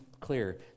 clear